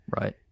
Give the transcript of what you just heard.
Right